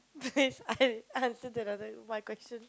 please I answer that another my question